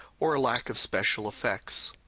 or a lack of special effects.